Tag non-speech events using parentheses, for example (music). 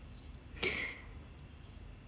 (breath)